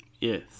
Yes